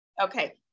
Okay